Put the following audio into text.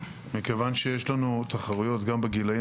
מכיוון שיש לנו תחרויות גם בגילאים